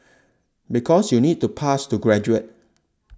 because you need to pass to graduate